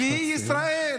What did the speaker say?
ישראל.